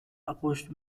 opposed